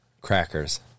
crackers